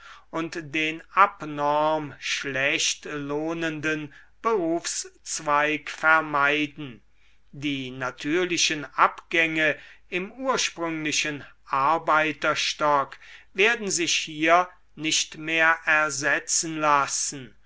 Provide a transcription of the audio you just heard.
und den abnorm schlecht lohnenden berufszweig vermeiden die natürlichen abgänge im ursprünglichen arbeiterstock werden sich hier nicht mehr ersetzen lassen